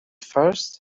first